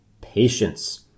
patience